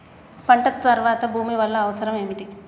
పంట తర్వాత భూమి వల్ల అవసరం ఏమిటి?